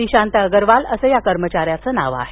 निशांत अगरवाल असं या कर्मचा याचं नाव आहे